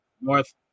North